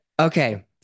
Okay